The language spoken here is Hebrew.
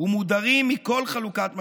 ומודרים מכל חלוקת משאבים.